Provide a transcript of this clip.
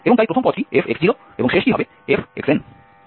এবং তাই প্রথম পদটি f শেষটি হবে f